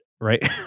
right